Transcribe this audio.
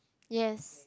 yes